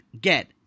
get